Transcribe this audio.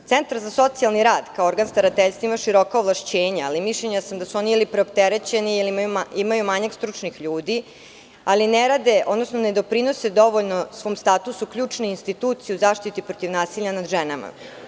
Centar za socijalni rad kao organ starateljstva ima široka ovlašćenja, ali mišljenja sam da su oni ili preopterećeni ili imaju manjak stručnih ljudi, ali ne rade odnosno ne doprinose svom statusu ključnoj instituciji u zaštiti protiv nasilja nad ženama.